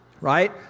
right